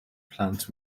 plant